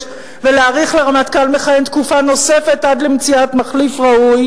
ולהאריך לרמטכ"ל מכהן תקופה נוספת עד למציאת מחליף ראוי,